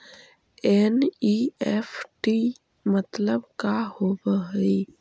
NEFT मतलब का होब हई?